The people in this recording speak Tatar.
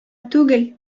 түгел